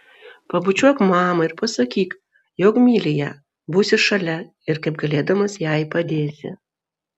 pabučiuok mamą ir pasakyk jog myli ją būsi šalia ir kaip galėdamas jai padėsi